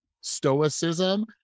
stoicism